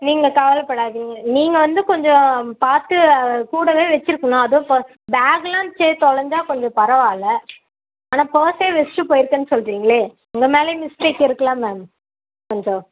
நீங்கள் கவலை படாதீங்கள் நீங்கள் வந்து கொஞ்சம் பார்த்து கூடவே வச்சிருக்கணும் அதுவும் பர்ஸ் பேக்லாம் சரி தொலைஞ்சா கொஞ்சம் பரவாயில்ல ஆனால் பர்ஸே வச்சுட்டு போயிருக்கேன்னு சொல்கிறிங்களே உங்கள் மேலேயும் மிஸ்டேக் இருக்குதுல்ல மேம் கொஞ்சம்